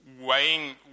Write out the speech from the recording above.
weighing